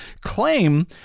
claim